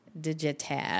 Digital